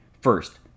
First